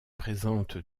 présente